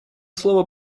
слово